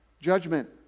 judgment